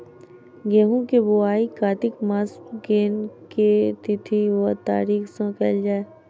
गेंहूँ केँ बोवाई कातिक मास केँ के तिथि वा तारीक सँ कैल जाए?